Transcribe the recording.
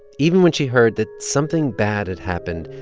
even when she heard that something bad had happened,